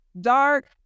dark